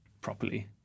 properly